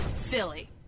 Philly